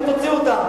איך תוציא אותם?